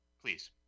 Please